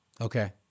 okay